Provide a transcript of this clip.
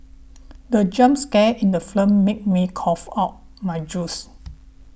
the jump scare in the film made me cough out my juice